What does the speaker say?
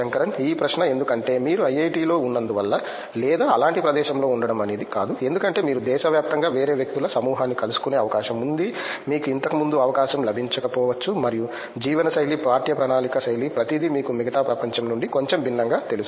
శంకరన్ ఈ ప్రశ్న ఎందుకంటే మీరు ఐఐటిలో ఉన్నందువల్ల లేదా అలాంటి ప్రదేశంలో ఉండడం అనేది కాదు ఎందుకంటే మీరు దేశవ్యాప్తంగా వేరే వ్యక్తుల సమూహాన్ని కలుసుకునే అవకాశం ఉంది మీకు ఇంతకు ముందు అవకాశం లభించకపోవచ్చు మరియు జీవనశైలి పాఠ్యప్రణాళిక శైలి ప్రతిదీ మీకు మిగతా ప్రపంచం నుండి కొంచెం భిన్నంగా తెలుసు